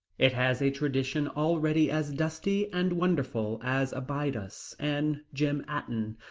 it has a tradition already as dusty and wonderful as abydos and gem aten.